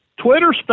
Twitter